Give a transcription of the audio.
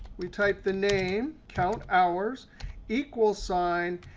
we type the name, count hours equals sign.